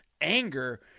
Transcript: anger